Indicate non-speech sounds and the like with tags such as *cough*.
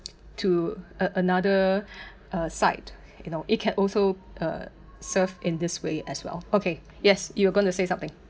to a another *breath* uh site you know it can also uh serve in this way as well okay yes you were gonna say something